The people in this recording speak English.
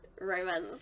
romance